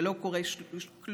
ולא קורה כלום.